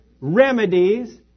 remedies